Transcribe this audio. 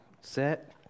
set